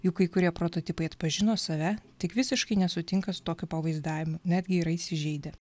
juk kai kurie prototipai atpažino save tik visiškai nesutinka su tokiu pavaizdavimu netgi yra įsižeidę